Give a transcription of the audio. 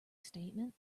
statement